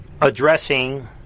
addressing